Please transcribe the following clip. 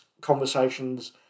conversations